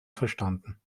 verstanden